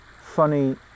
funny